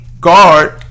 Guard